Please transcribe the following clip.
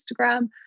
Instagram